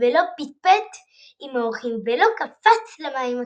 ולא פטפט עם האורחים ולא קפץ למים הקרירים.